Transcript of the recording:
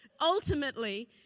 ultimately